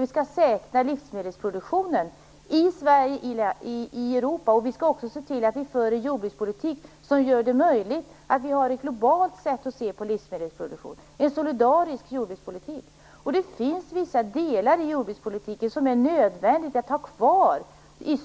Vi skall säkra livsmedelsproduktionen i Sverige och i Europa, och vi skall också se till att vi för en jordbrukspolitik som möjliggör en global syn på livsmedelsproduktion, en solidarisk jordbrukspolitik. Det finns vissa delar inom jordbrukspolitiken som är nödvändiga att ha kvar,